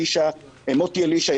מוטי אלישע,